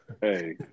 Hey